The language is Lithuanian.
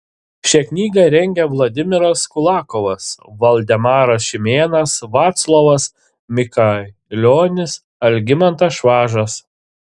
šią knygą rengia vladimiras kulakovas valdemaras šimėnas vaclovas mikailionis algimantas švažas